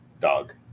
dog